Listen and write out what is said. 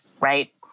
right